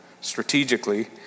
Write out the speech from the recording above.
strategically